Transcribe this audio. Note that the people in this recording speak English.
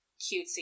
cutesy